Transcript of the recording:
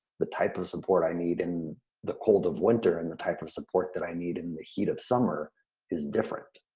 the type of support i need in the cold of winter and the type of support that i need in the heat of summer is different.